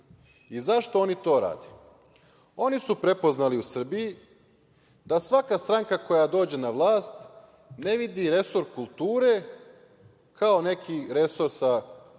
I zašto oni to rade? Oni su prepoznali u Srbiji da svaka stranka koja dođe na vlast ne vidi resor kulture kao neki resor sa nekim